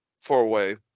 four-way